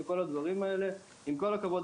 עם כל הכבוד,